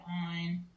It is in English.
on